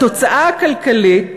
התוצאה הכלכלית